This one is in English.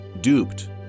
duped